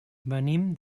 venim